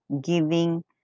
giving